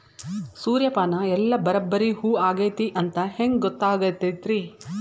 ಸೂರ್ಯಪಾನ ಎಲ್ಲ ಬರಬ್ಬರಿ ಹೂ ಆಗೈತಿ ಅಂತ ಹೆಂಗ್ ಗೊತ್ತಾಗತೈತ್ರಿ?